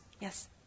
Yes